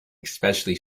especially